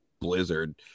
blizzard